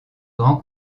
grand